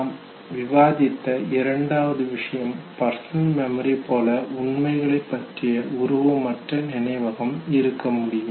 நாம் விவாதித்த இரண்டாவது விஷயம் பர்சனல் மெமரி போல உண்மைகளைப் பற்றிய உருவமற்ற நினைவகம் இருக்க முடியும்